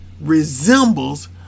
resembles